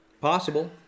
Possible